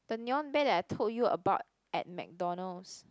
the neon bear that I told you about at MacDonald's